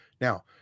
Now